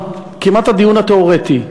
כמעט הדיון התיאורטי.